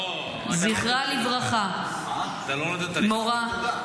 ספאא קט עואד, זכרה לברכה, מורה,